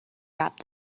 rapped